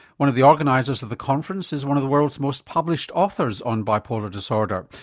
one of the organisers of the conference is one of the world's most published authors on bipolar disorder,